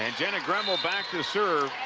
and yeah and gremmel back to serve,